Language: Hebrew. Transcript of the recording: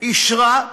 אישרה,